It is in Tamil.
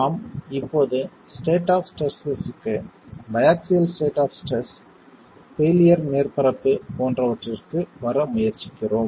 நாம் இப்போது ஸ்டேட் ஆப் ஸ்ட்ரெஸ்ஸஸ்க்கு biaxial state of stress failure மேற்பரப்பு போன்றவற்றிற்கு வர முயற்சிக்கிறோம்